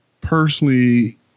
personally